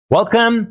Welcome